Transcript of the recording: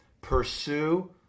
pursue